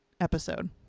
episode